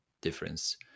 difference